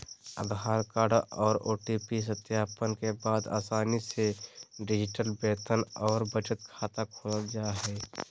आधार card आर OTP सत्यापन के बाद आसानी से डिजिटल वेतन आर बचत खाता खोलल जा हय